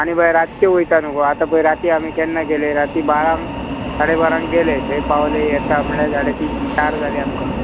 आनी बाय रातचें वयता न्हू गो आतां पळय राती आमी केन्ना गेले राती बारांक साडे बारांक गेले थंय पावले येता म्हळ्यार साडे तीन चार जाली आमकां